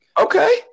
okay